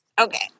Okay